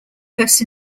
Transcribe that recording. first